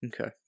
Okay